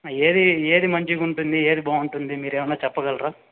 ఏది ఏది మంచిగా ఉంటుంది ఏది బాగుంటుంది మీరేమైనా చెప్పగలరా